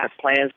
plans